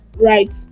right